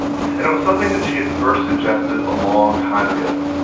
and it was something that she had first suggested a long time ago.